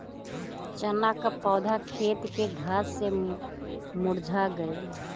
चन्ना क पौधा खेत के घास से मुरझा गयल